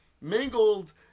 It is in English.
mingled